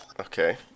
Okay